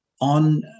on